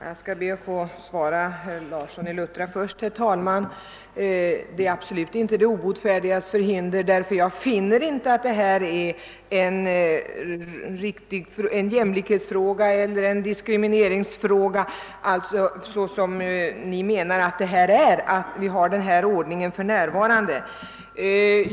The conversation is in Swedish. Herr talman! Det är absolut inte något av den obotfärdiges förhinder, herr Larsson i Luttra, ty jag anser i motsats till er som stöder reservationerna att det inte är en jämlikhetsfråga eller en diskrimineringsfråga att vi har denna ordning för närvarande.